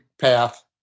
path